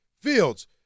Fields